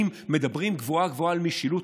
אם מדברים גבוהה-גבוהה על משילות,